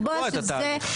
לקבוע את זה,